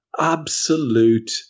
absolute